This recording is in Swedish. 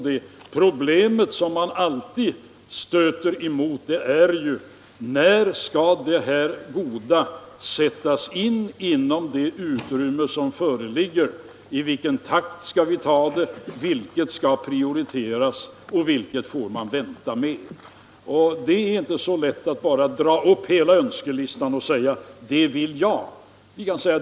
Det problem som vi alltid stöter emot är: När skall dessa goda åtgärder sättas in inom det utrymme som föreligger och i vilken takt skall vi ta det? Vilket skall prioriteras och vilket får man vänta med? Man kan inte bara föra fram hela önskelistan och säga: Det vill jag ha genomfört.